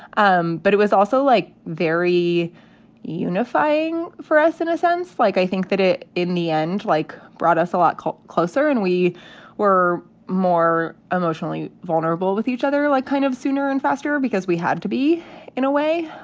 um but it was also like very unifying for us in a sense. like i think that it in the end like brought us a lot closer and we were more emotionally vulnerable with each other, like kind of sooner and faster because we had to be in a way.